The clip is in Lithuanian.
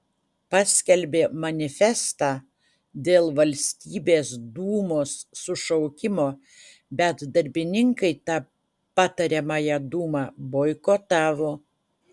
paskelbė manifestą dėl valstybės dūmos sušaukimo bet darbininkai tą patariamąją dūmą boikotavo